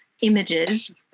images